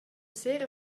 sera